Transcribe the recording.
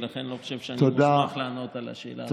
ולכן אני לא חושב שאני מוסמך לענות על השאלה הזאת.